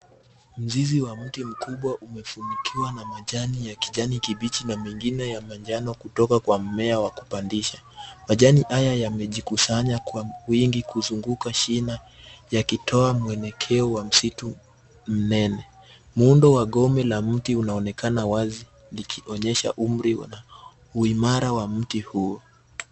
Mzizi wa mti mkubwa umefunikiwa na majani ya kijani kibichi na mengine ya manjano kutoka kwa mumea wa kupandisha. Majani haya yamejikusanya kwa wingi kuzunguka shina yakitoa mwelekeo wa msitu mnene. Muundo wa gome la mti unaonekana wazi likionyesha uimara wa mti huo.